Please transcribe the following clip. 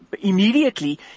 immediately